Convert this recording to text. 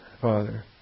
Father